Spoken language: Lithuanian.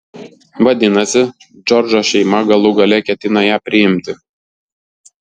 vadinasi džordžo šeima galų gale ketina ją priimti